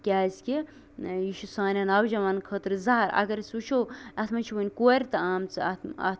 کیٛازِ کہِ یہِ چھُ سانیٚن نَوجَوانن خٲطرٕ زَہر اَگر أسۍ وُچھو اَتھ منٛز چھِ ؤنۍ کورِ تہِ آمژٕ اَتھ اَتھ